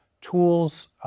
tools